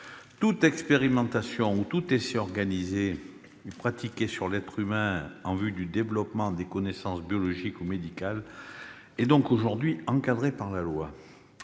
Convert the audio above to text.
Toute expérimentation ou tout essai organisé et pratiqué sur l'être humain en vue du développement des connaissances biologiques ou médicales est donc aujourd'hui encadré par la loi.